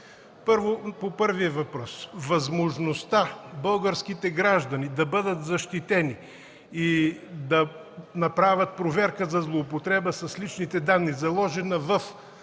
по първия въпрос: възможността българските граждани да бъдат защитени и да направят проверка за злоупотреба с личните данни, заложена в